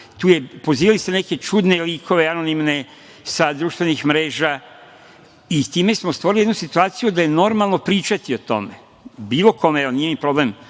Pozivali ste se na neke čudne likove, anonimne, sa društvenih mreža. Time smo stvorili jednu situaciju da je normalno pričati o tome, bilo kome. Nije mi problem